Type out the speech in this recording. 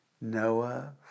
Noah